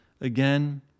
again